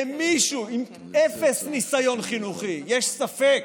למישהו עם אפס ניסיון חינוכי יש ספק